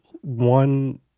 one